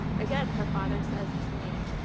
again, her father says to me,